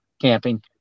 camping